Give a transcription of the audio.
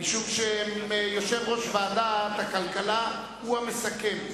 משום שיושב-ראש ועדת הכלכלה הוא המסכם.